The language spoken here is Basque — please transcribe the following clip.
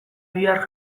bihar